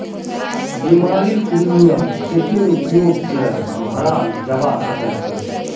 बीमारेर प्रीमियम चेकेर उपयोग स भराल जबा सक छे